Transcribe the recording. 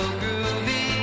groovy